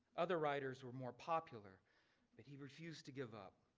other writers were more popular that he refused to give up